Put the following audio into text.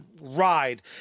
ride